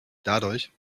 dadurch